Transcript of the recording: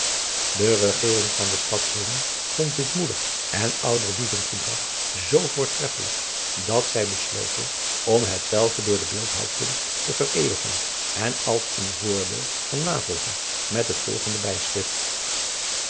e regering van de stad oorn vond dit moedig en ouderlievend gedrag zoo voortreffelijk dat zij besloten om hetzelve door de beeldhouwkunst te vereeuwigen en als en voorbeeld van navolging met het volgend bijschrift